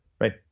right